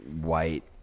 white